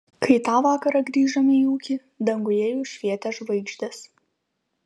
kai tą vakarą grįžome į ūkį danguje jau švietė žvaigždės